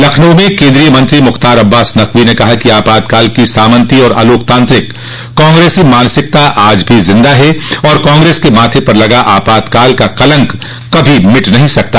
लखनऊ में केन्द्रीय मंत्री मुख्तार अब्बास नकवी ने कहा कि आपातकाल की सामन्ती और अलोकतांत्रिक कांग्रेसी मानसिकता आज भी जिन्दा है और कांग्रेस के माथे पर लगा आपातकाल का कलंक कभी नहीं मिट सकता